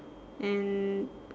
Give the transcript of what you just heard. and